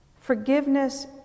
Forgiveness